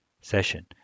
session